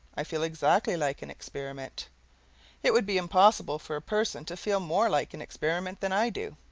i feel exactly like an experiment it would be impossible for a person to feel more like an experiment than i do,